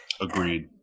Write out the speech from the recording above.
agreed